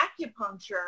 acupuncture